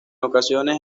ocasiones